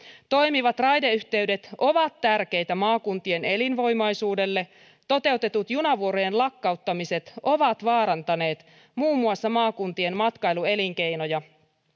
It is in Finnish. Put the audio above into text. toimivat raideyhteydet ovat tärkeitä maakuntien elinvoimaisuudelle toteutetut junavuorojen lakkauttamiset ovat vaarantaneet muun muassa maakuntien matkailuelinkeinoja